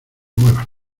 muevas